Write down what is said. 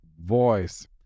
voice